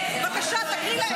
בבקשה, תקריא להם.